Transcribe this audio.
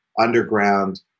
underground